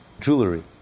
jewelry